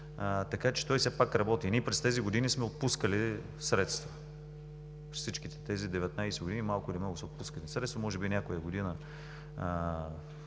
така че той все пак работи. Ние през тези години сме отпускали средства. През всичките тези 19 години малко или много са отпускани средства. Може би някоя година